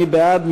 מי בעד?